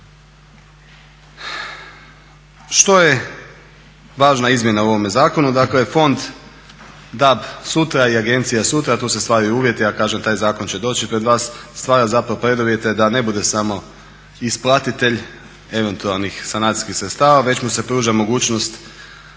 Što je važna izmjena u ovome zakonu. Dakle fond DAB sutra i agencija sutra a tu se stvaraju uvjeti, ja kažem taj zakon će doći pred vas, stvara zapravo preduvjete da ne bude samo isplatitelj eventualnih sanacijskih sredstava već mu se pruža mogućnost